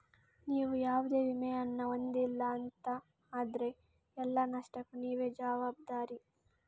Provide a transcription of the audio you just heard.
ನೀವು ಯಾವುದೇ ವಿಮೆಯನ್ನ ಹೊಂದಿಲ್ಲ ಅಂತ ಆದ್ರೆ ಎಲ್ಲ ನಷ್ಟಕ್ಕೂ ನೀವೇ ಜವಾಬ್ದಾರಿ